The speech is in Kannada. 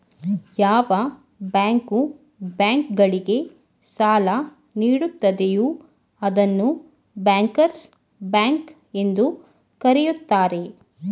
ಯಾವ ಬ್ಯಾಂಕು ಬ್ಯಾಂಕ್ ಗಳಿಗೆ ಸಾಲ ನೀಡುತ್ತದೆಯೂ ಅದನ್ನು ಬ್ಯಾಂಕರ್ಸ್ ಬ್ಯಾಂಕ್ ಎಂದು ಕರೆಯುತ್ತಾರೆ